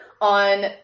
on